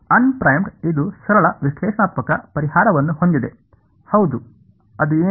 unprimed ಇದು ಸರಳ ವಿಶ್ಲೇಷಣಾತ್ಮಕ ಪರಿಹಾರವನ್ನು ಹೊಂದಿದೆ ಹೌದು ಅದು ಏನು